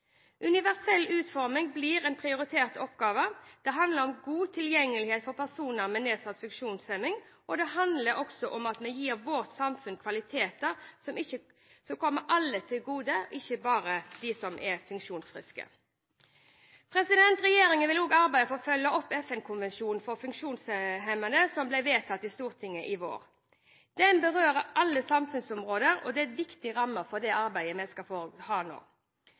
Universell utforming blir en prioritert oppgave. Det handler om god tilgjengelighet for personer med nedsatt funksjonsevne. Det handler også om at vi gir vårt samfunn kvaliteter som kommer alle til gode, ikke bare dem som er funksjonsfriske. Regjeringen vil også arbeide for å følge opp FN-konvensjonen om rettighetene til mennesker med nedsatt funksjonsevne, som ble vedtatt i Stortinget i vår. Den berører alle samfunnsområder, og den er en viktig ramme for det arbeidet vi skal ha nå.